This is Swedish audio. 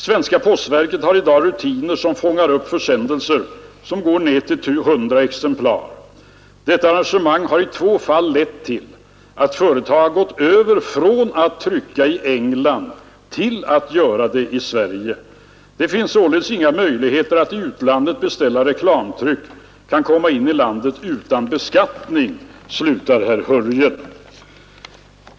Svenska postverket har i dag rutiner som fångar upp försändelser på minst 100 exemplar. Detta arrangemang har i två fall lett till att företag gått över från att trycka i England till att göra det i Sverige. Det finns således inga möjligheter att i utlandet beställt reklamtryck kan komma in i landet utan beskattning”, slutar herr Hörjel.